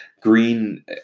green